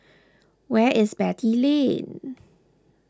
where is Beatty Lane